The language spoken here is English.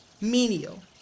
menial